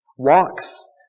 walks